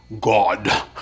God